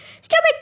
Stupid